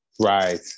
Right